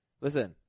Listen